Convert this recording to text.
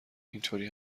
اینطوری